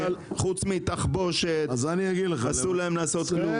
חוץ מתחבושת אסור להם לעשות כלום.